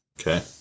Okay